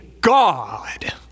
God